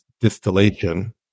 distillation